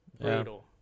Brutal